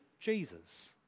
Jesus